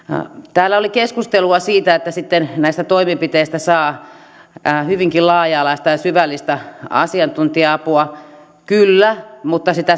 täällä oli keskustelua siitä että näistä toimipisteistä saa hyvinkin laaja alaista ja syvällistä asiantuntija apua kyllä mutta sitä